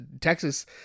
Texas